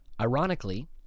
Ironically